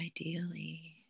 Ideally